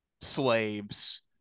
slaves